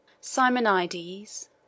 Simonides